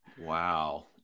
Wow